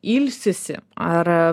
ilsisi ar